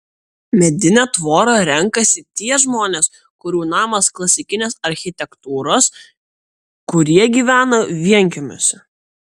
medinę tvorą renkasi tie žmonės kurių namas klasikinės architektūros kurie gyvena vienkiemiuose